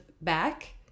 back